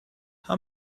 how